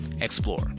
explore